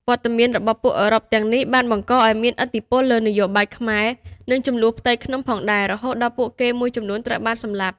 វត្តមានរបស់ពួកអឺរ៉ុបទាំងនេះបានបង្កឱ្យមានឥទ្ធិពលលើនយោបាយខ្មែរ និងជម្លោះផ្ទៃក្នុងផងដែរ រហូតដល់ពួកគេមួយចំនួនត្រូវបានសម្លាប់។